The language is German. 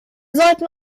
sollten